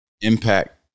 impact